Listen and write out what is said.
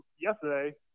yesterday